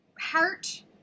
heart